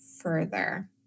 further